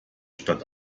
statt